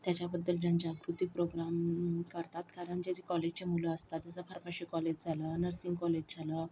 त्याच्याबद्दल जनजागृती प्रोग्राम करतात कारण जे जे कॉलेजचे मुलं असतात जसं फार्मशी कॉलेज झालं नर्सिंग कॉलेज झालं